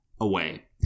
away